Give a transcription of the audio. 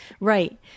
Right